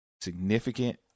significant